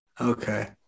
Okay